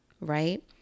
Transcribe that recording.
Right